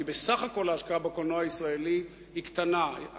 כי בסך הכול ההשקעה בקולנוע הישראלי היא קטנה,